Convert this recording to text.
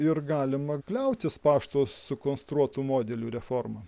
ir galima kliautis pašto sukonstruotu modeliu reforma